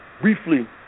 briefly